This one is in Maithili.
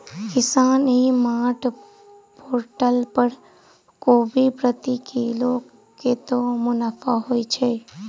किसान ई मार्ट पोर्टल पर कोबी प्रति किलो कतै मुनाफा होइ छै?